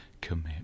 commit